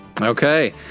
okay